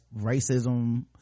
racism